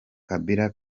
kabila